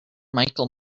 michael